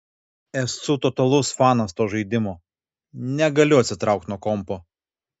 esu totalus fanas to žaidimo negaliu atsitraukt nuo kompo